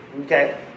okay